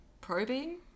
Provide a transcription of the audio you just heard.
Probing